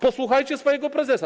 Posłuchajcie swojego prezesa.